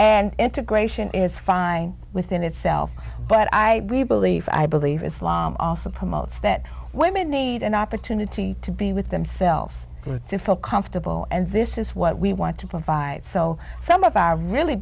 and integration is fine within itself but i believe i believe islam also promotes that women need an opportunity to be with themselves and to feel comfortable and this is what we want to provide so some of our really